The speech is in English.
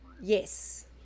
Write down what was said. Yes